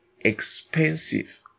expensive